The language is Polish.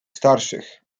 starszych